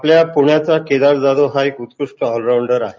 आपल्या पृण्याचा केदार जाधव हा एक उत्कृष्ट ऑल राऊंडर आहे